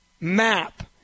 map